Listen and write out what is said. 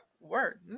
word